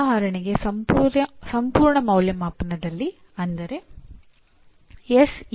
ಉದಾಹರಣೆಗೆ ಸಂಪೂರ್ಣ ಅಂದಾಜುವಿಕೆಯಲ್ಲಿ ಅಂದರೆ ಎಸ್